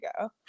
go